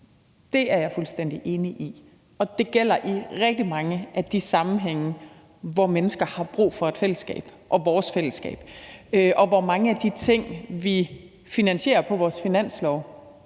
det er jeg fuldstændig enig i, og det gælder i rigtig mange af de sammenhænge, hvor mennesker har brug for et fællesskab og vores fællesskab, og hvor mange af de ting, vi finansierer på vores finanslov,